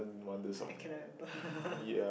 but I cannot remember